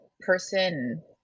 person